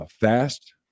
fast